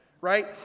right